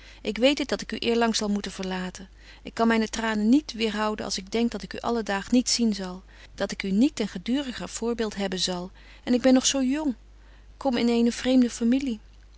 ik weet het dat ik u eerlang zal moeten verlaten ik kan betje wolff en aagje deken historie van mejuffrouw sara burgerhart myne tranen niet weêrhouden als ik denk dat ik u alle daag niet zien zal dat ik u niet ten geduriger voorbeeld hebben zal en ik ben nog zo jong kom in eene vreemde familie